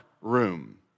room